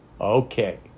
okay